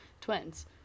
Twins